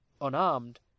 unarmed